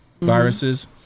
viruses